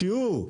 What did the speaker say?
עד לשיעור.